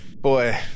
Boy